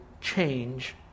change